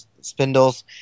spindles